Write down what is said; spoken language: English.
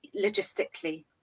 logistically